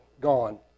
gone